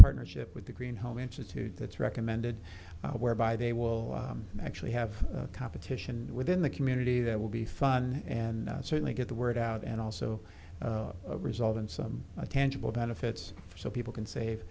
partnership with the green home interest that's recommended whereby they will actually have competition within the community that will be fun and certainly get the word out and also result in some tangible benefits so people can save